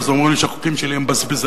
ואז אומרים לי שהחוקים שלי הם בזבזניים,